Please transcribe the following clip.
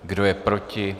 Kdo je proti?